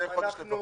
צריך חודש לפחות.